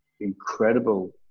incredible